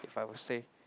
if I would say